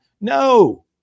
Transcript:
No